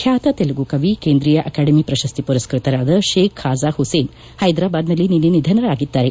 ಬ್ಚಾತ ತೆಲುಗು ಕವಿ ಕೇಂದ್ರಿಯ ಅಕಾಡೆಮಿ ಪ್ರಶಸ್ತಿ ಪುರಸ್ಕತರಾದ ಶೇಕ್ ಖಾಜ್ಯಾ ಹುಸೇನ್ ಹೈದ್ರಾಬಾದ್ನಲ್ಲಿ ನಿನ್ನೆ ನಿಧನರಾಗಿದ್ದಾರೆ